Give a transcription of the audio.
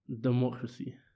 democracy